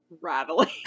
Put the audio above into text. rattling